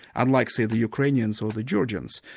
unlike, say the ukrainians, or the georgians.